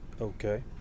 Okay